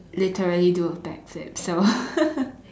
literally do a back flip so